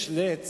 יש לץ